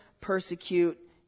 persecute